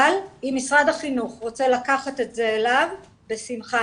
אבל אם משרד החינוך רוצה לקחת את זה אליו, בשמחה.